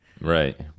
Right